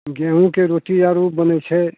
गेहूॅं शके रोटी आर बनै छै